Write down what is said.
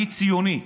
אני ציוני,